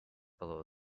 below